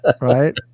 right